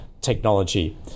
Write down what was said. technology